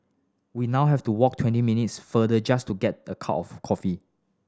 we now have to walk twenty minutes further just to get the cup of coffee